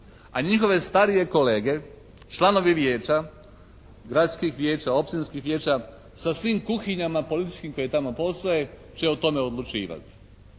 a njihove starije kolege članovi vijeća, gradskih vijeća, općinskih vijeća sa svim kuhinjama političkim koje tamo postoje će o tome odlučivati,